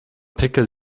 pickel